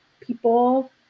people